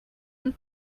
and